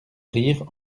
rire